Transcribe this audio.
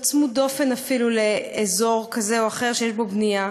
לא צמוד-דופן אפילו לאזור כזה או אחר שיש בו בנייה.